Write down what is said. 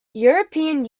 european